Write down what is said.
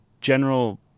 general